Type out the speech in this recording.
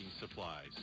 supplies